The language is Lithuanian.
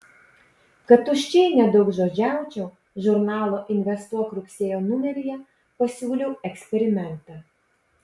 kad tuščiai nedaugžodžiaučiau žurnalo investuok rugsėjo numeryje pasiūliau eksperimentą